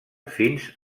fins